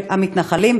של המתנחלים.